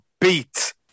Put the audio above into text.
beat